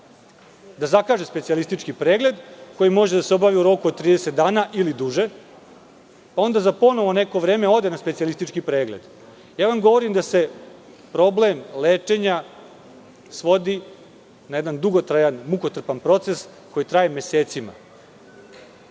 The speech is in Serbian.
i zakaže specijalistički pregled koji može da se obavi u roku od 30 dana ili duže, pa onda ponovo za neko vreme da ode na specijalistički pregled. Govorim vam da se problem lečenja svodi na jedan dugotrajan, mukotrpan proces koji traje mesecima. Naši